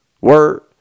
Word